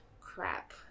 crap